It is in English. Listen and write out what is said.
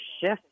shift